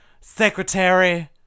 secretary